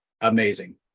amazing